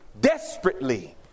desperately